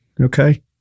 Okay